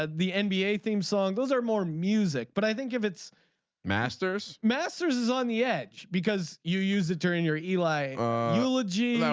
ah the and nba theme song goals are more music but i think if its masters masters is on the edge because you use it during your eli eulogy.